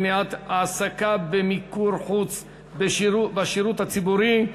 מניעת העסקה במיקור חוץ בשירות הציבורי),